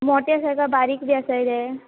मोटे आसा काय बारीक बी आसाय ते